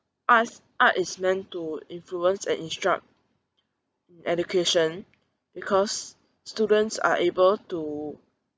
arts art is meant to influence and instruct education because students are able to